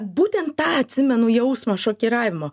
būtent tą atsimenu jausmą šokiravimo